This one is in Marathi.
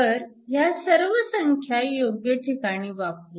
तर ह्या सर्व संख्या योग्य ठिकाणी वापरू